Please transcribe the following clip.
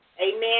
Amen